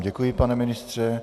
Děkuji vám, pane ministře.